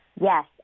Yes